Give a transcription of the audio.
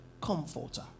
comforter